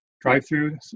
drive-through